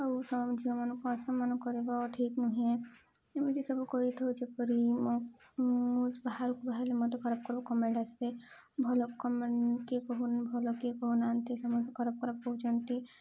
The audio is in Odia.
ଆଉ ଝିଅମାନଙ୍କୁ ଅସମ୍ମାନ କର ଠିକ ନୁହେଁ ଏମିତି ସବୁ କହିଥାଉ ଯେପରି ମୁଁ ବାହାରକୁ ବାହାରିଲ ମୋତେ ଖରାପ ଖରାପ କମେଣ୍ଟ ଆସେ ଭଲ କମେଣ୍ଟ କିଏ କହୁ ଭଲ କିଏ କହୁନାହାନ୍ତି ସମସ୍ତେ ଖରାପ ଖରାପ କହୁଛନ୍ତି